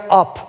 up